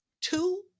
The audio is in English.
two